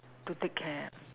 to take care